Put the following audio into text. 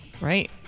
Right